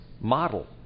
model